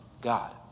God